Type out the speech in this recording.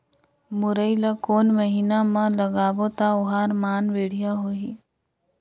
मुरई ला कोन महीना मा लगाबो ता ओहार मान बेडिया होही?